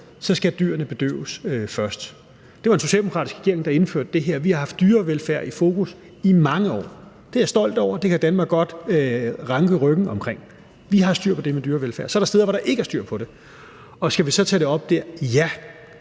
skal dyrene bedøves først. Det var en socialdemokratisk regering, der indførte det her. Vi har haft dyrevelfærd i fokus i mange år. Det er jeg stolt over, det kan Danmark godt ranke ryggen over. Vi har styr på det med dyrevelfærd. Så er der steder, hvor der ikke er styr på det, og skal vi så tage det op der? Ja,